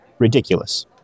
Ridiculous